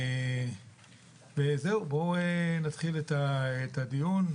בואו נתחיל את הדיון.